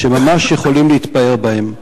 וממש יכולים להתפאר בהם.